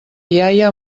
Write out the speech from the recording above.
iaia